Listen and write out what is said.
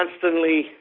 constantly